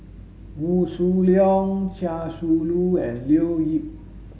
Wee Shoo Leong Chia Shi Lu and Leo Yip